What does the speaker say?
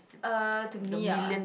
uh to me ah